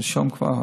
שלשום כבר,